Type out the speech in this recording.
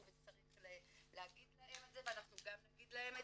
וצריך לומר להם את זה ואנחנו נגיד להם.